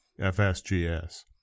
FSGS